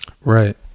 right